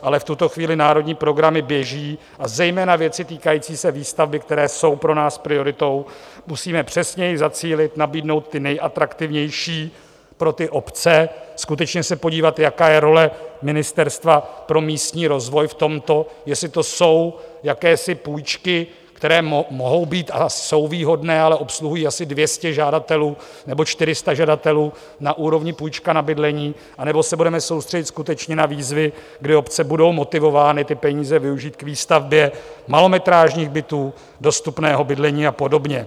Ale v tuto chvíli národní programy běží a zejména věci týkající se výstavby, které jsou pro nás prioritou, musíme přesněji zacílit, nabídnout ty nejatraktivnější pro ty obce, skutečně se podívat, jaká je role Ministerstva pro místní rozvoj v tomto, jestli to jsou jakési půjčky, které mohou být a jsou výhodné, ale obsluhují asi 200 žadatelů nebo 400 žadatelů na úrovni půjčka na bydlení, anebo se soustředíme skutečně na výzvy, kdy obce budou motivovány ty peníze využít k výstavbě malometrážních bytů, dostupného bydlení a podobně.